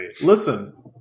Listen